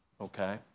okay